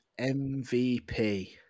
MVP